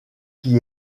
qui